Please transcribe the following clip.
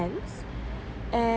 hands and